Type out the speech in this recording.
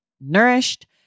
nourished